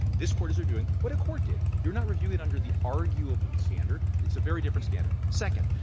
this court is reviewing what a court did. you're not reviewing it under the arguable standard. it's a very different standard. second,